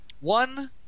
one